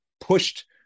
pushed